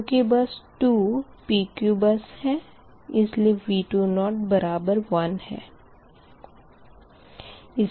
चूँकि bus 2 PQ bus है इसलिए V2 बराबर 1 है